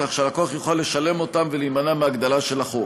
כך שהלקוח יוכל לשלם אותם ולהימנע מהגדלה של החוב.